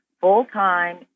full-time